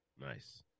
Nice